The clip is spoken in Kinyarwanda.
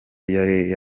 yari